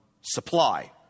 supply